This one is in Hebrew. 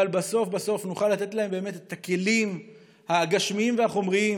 אבל בסוף נוכל לתת להם את הכלים הגשמיים והחומריים